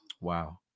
Wow